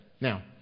Now